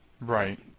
Right